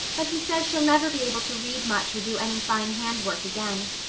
but he says she'll never be able to read much or do any fine hand-work again.